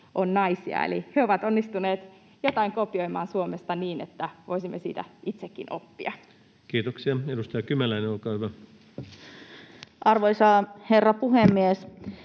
on naisia, eli he ovat onnistuneet jotain kopioimaan Suomesta niin, että voisimme siitä itsekin oppia. Kiitoksia. — Edustaja Kymäläinen, olkaa hyvä. Arvoisa herra puhemies!